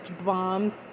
bombs